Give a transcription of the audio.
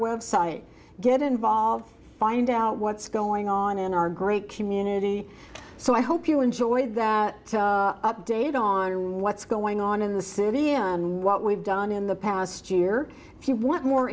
web site get involved find out what's going on in our great community so i hope you enjoyed that update on what's going on in the city and what we've done in the past year if you want more